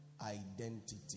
identity